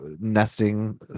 nesting